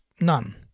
none